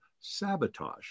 sabotage